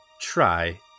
Try